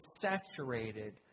saturated